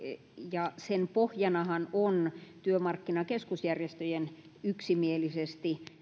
ja sen pohjanahan on työmarkkinakeskusjärjestöjen yksimielisesti